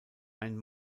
ein